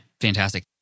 Fantastic